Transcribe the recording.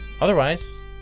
otherwise